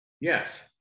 Yes